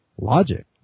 logic